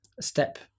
step